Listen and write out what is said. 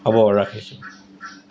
হ'ব ৰাখিছোঁ